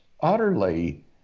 utterly